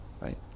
right